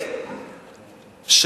החדש,